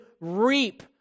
reap